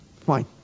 Fine